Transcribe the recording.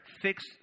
fix